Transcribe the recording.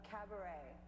Cabaret